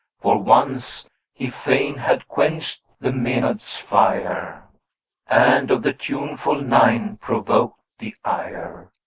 for once he fain had quenched the maenad's fire and of the tuneful nine provoked the ire.